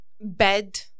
bed